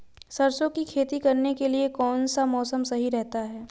सरसों की खेती करने के लिए कौनसा मौसम सही रहता है?